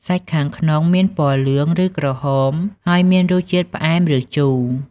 សាច់ខាងក្នុងមានពណ៌លឿង ឬក្រហម ហើយមានរសជាតិផ្អែម ឬជូរ។